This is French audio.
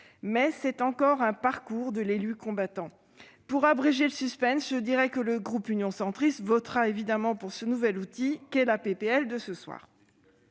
Mais c'est encore un parcours de l'élu combattant. Pour abréger le suspens, je dirai que le groupe Union Centriste votera pour ce nouvel outil qu'est la proposition